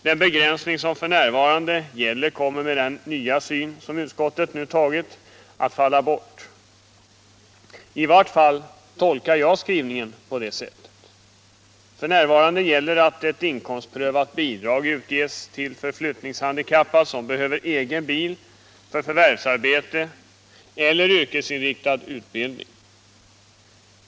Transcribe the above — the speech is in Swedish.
Den begränsning som f.n. gäller kommer med den nya syn som utskottet nu har att falla bort. I varje fall tolkar jag skrivningen på det sättet. F.n. gäller att ett inkomstprövat bidrag utges till förflyttningshandikappad som behöver egen bil för förvärvsarbete eller yrkesinriktad utbildning.